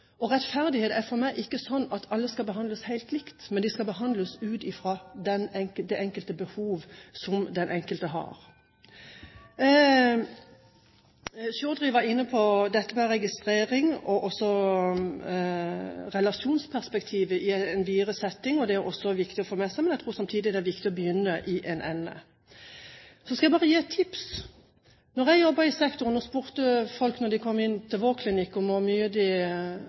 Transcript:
Rettferdighet er for meg ikke det at alle behandles likt, men at de behandles ut fra behov som den enkelte har. Representanten Chaudhry var inne på dette med registrering og relasjonsperspektivet i en videre setting. Det er også viktig å få med seg, men jeg tror samtidig at det er viktig å begynne i én ende. Så skal jeg bare gi et tips: Da jeg jobbet i sektoren og spurte folk når de kom inn til vår klinikk om hvor mange barn de